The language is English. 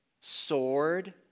sword